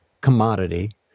commodity